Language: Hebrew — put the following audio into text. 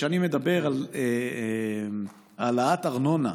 כשאני מדבר על העלאת ארנונה